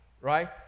right